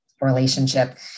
relationship